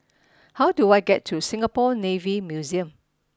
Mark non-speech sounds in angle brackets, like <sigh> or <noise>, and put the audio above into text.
<noise> how do I get to Singapore Navy Museum